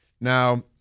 Now